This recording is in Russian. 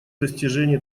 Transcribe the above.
достижении